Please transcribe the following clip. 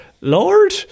lord